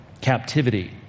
captivity